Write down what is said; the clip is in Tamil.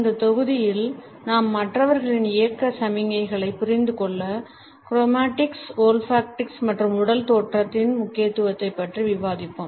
இந்த தொகுதியில் நாம் மற்றவர்களின் இயக்க சமிக்ஞைகளைப் புரிந்துகொள்ள குரோமாடிக்ஸ் ஓல்ஃபாக்டிக்ஸ் மற்றும் உடல் தோற்றத்தின் முக்கியத்துவத்தைப் பற்றி விவாதிப்போம்